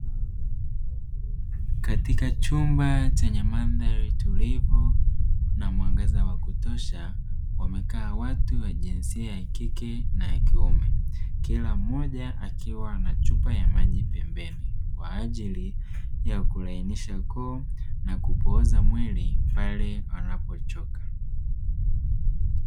Katika chumba chenye mandhari tulivu na mwangaza wa kutosha wamekaa watu wa jinsia ya kike na ya kiume. Kila mmoja akiwa na chupa ya maji pembeni kwa ajili ya kulainisha koo na kupooza mwili pale anapochoka.